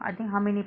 I think how many